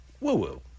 Woo-woo